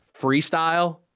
freestyle